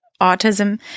autism